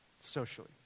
socially